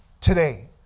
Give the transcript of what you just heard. today